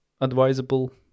advisable